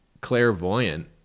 clairvoyant